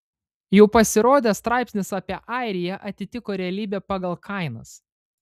jau pasirodęs straipsnis apie airiją atitiko realybę pagal kainas